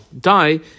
die